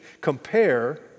compare